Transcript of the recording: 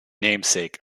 namesake